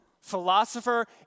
Philosopher